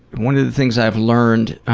one of the things i've learned